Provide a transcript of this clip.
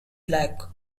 black